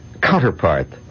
counterpart